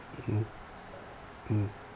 mm mm